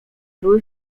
były